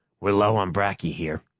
we're low on bracky here.